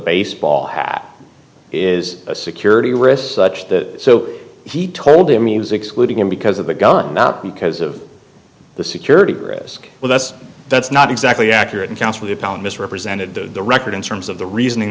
baseball hat is a security risk such that so he told him he was excluding him because of the gun not because of the security risk well that's that's not exactly accurate accounts with the palin misrepresented to the record in terms of the reasoning